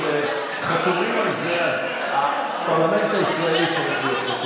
חתומים על זה, אז הפרלמנט הישראלי צריך להיות,